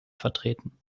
vertreten